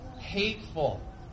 hateful